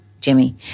Jimmy